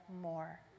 more